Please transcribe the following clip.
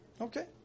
Okay